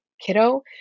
kiddo